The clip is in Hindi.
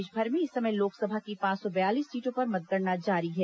देशभर में इस समय लोकसभा की पांच सौ बयालीस सीटों पर मतगणना जारी है